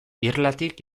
irlatik